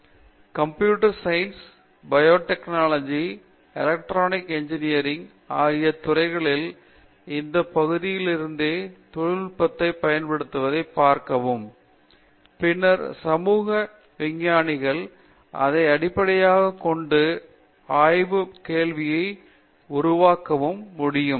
பேராசிரியர் Rajesh Kumar computer science biotechnology electronic engineering ஆகிய துறைகளில் இந்த பகுதியிலிருந்தே தொழில்நுட்பத்தைப் பயன்படுத்துவதைப் பார்க்கவும் பின்னர் சமூக விஞ்ஞானிகள் அதை அடிப்படையாகக் கொண்ட ஆய்வுக் கேள்வியை உருவாக்கவும் முடியும்